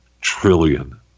trillion